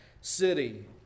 city